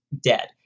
dead